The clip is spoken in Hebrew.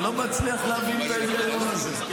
לא מצליח להבין את ההיגיון הזה.